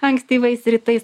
ankstyvais rytais